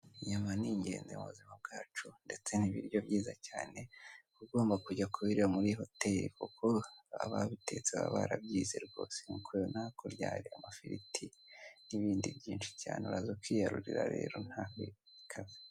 Inyama ni ingenzi mu buzima bwacu, ndetse ni ibiryo byiza cyane, uba ugomba kujya kubirira muri hoteli kuko ababitetse baba barabyize rwose, nk'uko ubibona hakurya hari amafiriti n'ibindi byinshi cyane, uraza kwiyarurira rero nta bikaze.